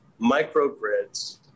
microgrids